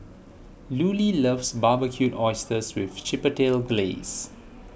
Lulie loves Barbecued Oysters with Chipotle Glaze